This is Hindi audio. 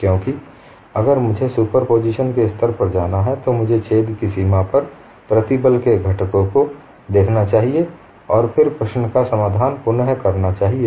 क्योंकि अगर मुझे सुपरपोजिशन के स्तर पर जाना है तो मुझे छेद की सीमा पर प्रतिबल के घटकों को देखना चाहिए और फिर प्रश्न का समाधान पुन करना चाहिए